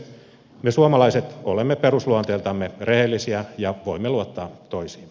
me suomalaiset olemme perusluonteeltamme rehellisiä ja voimme luottaa toisiimme